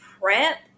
prep